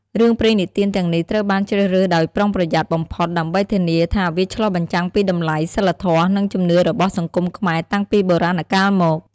រឿងព្រេងនិទានទាំងនេះត្រូវបានជ្រើសរើសដោយប្រុងប្រយ័ត្នបំផុត ដើម្បីធានាថាវាឆ្លុះបញ្ចាំងពីតម្លៃ សីលធម៌ និងជំនឿរបស់សង្គមខ្មែរតាំងពីបុរាណកាលមក។